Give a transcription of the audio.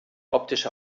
optische